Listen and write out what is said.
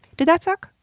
did that suck?